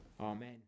Amen